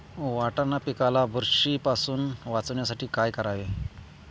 वाटाणा पिकाला बुरशीपासून वाचवण्यासाठी काय करावे?